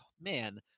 man